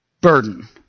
burden